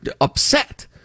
upset